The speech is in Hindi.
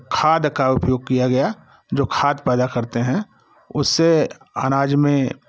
खाद का उपयोग किया गया जो खाद पैदा करते हैं उससे अनाज में